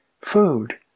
Food